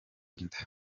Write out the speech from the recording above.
inda